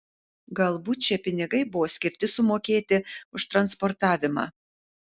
galbūt šie pinigai buvo skirti sumokėti už transportavimą